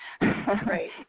Right